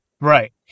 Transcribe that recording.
Right